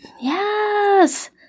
Yes